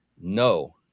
no